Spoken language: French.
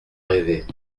rêver